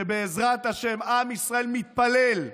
שבעזרת השם, עם ישראל מתפלל,